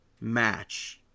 match